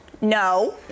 No